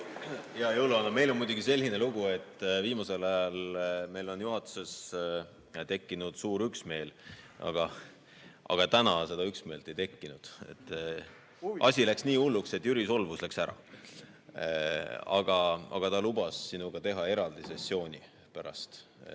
Meil on muidugi selline lugu, et viimasel ajal on meil juhatuses tekkinud suur üksmeel, aga täna seda üksmeelt ei tekkinud. Asi läks nii hulluks, et Jüri solvus ja läks ära. Aga ta lubas sinuga pärast teha eraldi sessiooni, võtta